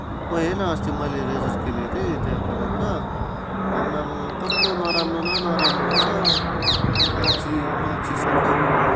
ओए हेर्न अस्ति मैले रेजर किनेको थिएँ त्यहाँ परबाट आम्मामामा कस्तो नराम्रो न नराम्रो रहेछ भाँच्ची भाँच्चिसक्यो